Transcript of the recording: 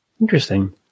Interesting